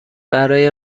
برای